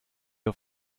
auf